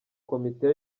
komite